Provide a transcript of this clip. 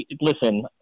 listen